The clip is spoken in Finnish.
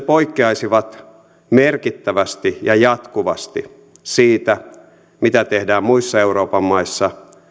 poikkeaisivat merkittävästi ja jatkuvasti siitä mitä tehdään muissa euroopan maissa ja